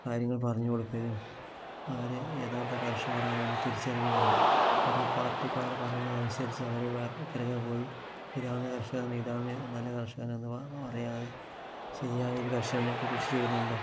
കാര്യങ്ങൾ പറഞ്ഞു കൊടുക്കുകയും അവർ യഥാർത്ഥ കർഷകരാണെന്ന് തിരിച്ചറിയുകയും വേണം ഒരു പാർട്ടിക്കാർ പറയുന്നത് അനുസരിച്ച് അവരുടെ പിറകെ പോയി പോയി ഇതാണ് കർഷകൻ ഇതാണ് നല്ല കർഷകനെന്ന് പറയാതെ ശരിയായ ഒരു കർഷകൻ കൃഷി ചെയ്യുന്നുണ്ടോ